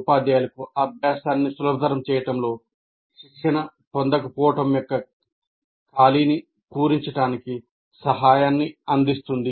ఉపాధ్యాయులకు అభ్యాసాన్ని సులభతరం చేయడంలో శిక్షణ పొందకపోవడం యొక్క ఖాళీని పూరించడానికి సహాయాన్ని అందిస్తుంది